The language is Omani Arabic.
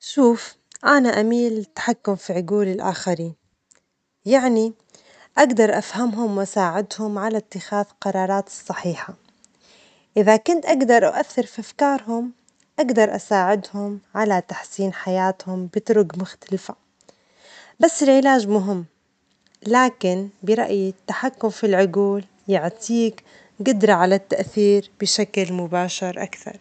شوف، أنا أميل للتحكم في عجول الآخرين، يعني أجدر أفهمهم وأساعدهم على اتخاذ قرارات صحيحة، إذا كنت أجدر أؤثر في أفكارهم، أجدر أساعدهم على تحسين حياتهم بطرج مختلفة، بس العلاج مهم، لكن برأيي التحكم في العجول يعطيك جدرة على التأثير بشكل مباشر أكثر.